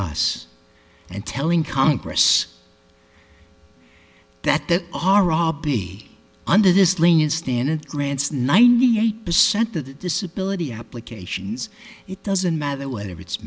us and telling congress that they are all be under this lenient standard grants ninety eight percent of the disability applications it doesn't matter whether it's